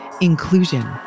Inclusion